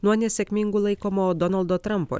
nuo nesėkmingų laikomo donaldo trampo